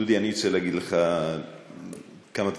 דודי, אני רוצה להגיד לך כמה דברים.